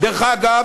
דרך אגב,